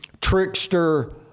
trickster